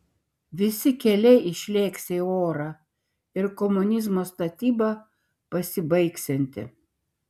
visi keliai išlėksią į orą ir komunizmo statyba pasibaigsianti